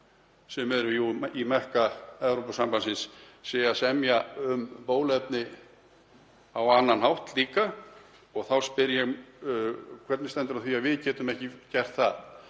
sem eru jú í Mekka Evrópusambandsins, séu að semja um bóluefni á annan hátt líka. Þá spyr ég: Hvernig stendur á því að við getum ekki gert það